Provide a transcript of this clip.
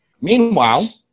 Meanwhile